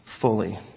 fully